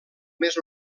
més